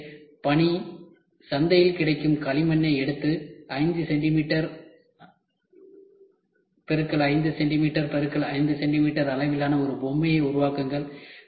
எனவே பணி சந்தையில் கிடைக்கும் களிமண்ணை எடுத்து 5 centimetre x 5 centimetre x 5 centimetre அளவிலான ஒரு பொம்மையை உருவாக்குங்கள்